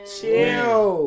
Chill